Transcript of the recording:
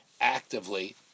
actively